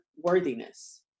worthiness